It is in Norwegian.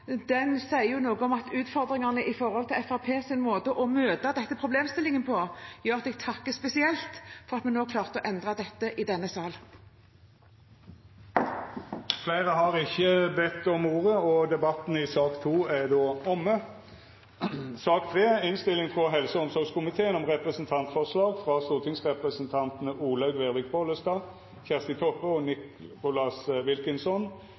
sier noe om utfordringene når det gjelder Fremskrittspartiets måte å møte denne problemstillingen på. Det gjør at jeg takker spesielt for at vi nå klarte å endre dette i denne sal. Fleire har ikkje bedt om ordet til sak nr. 2. Etter ønske frå helse- og omsorgskomiteen vil presidenten føreslå at taletida vert avgrensa til 3 minutt til kvar partigruppe og